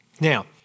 Now